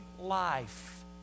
life